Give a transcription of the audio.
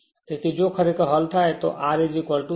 તેથી જો ખરેખર હલ થાય તો ખરેખર R 7